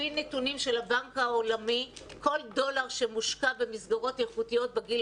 לפי נתונים של הבנק העולמי כל דולר שמושקע במסגרות איכותיות בגיל